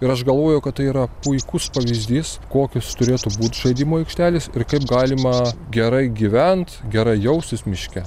ir aš galvojau kad tai yra puikus pavyzdys kokios turėtų būt žaidimų aikštelės ir kaip galima gerai gyvent gerai jaustis miške